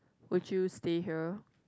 would you stay here